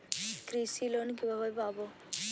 কৃষি লোন কিভাবে পাব?